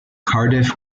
cardiff